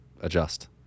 adjust